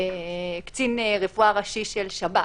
קצין רפואה ראשי של שב"ס.